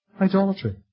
Idolatry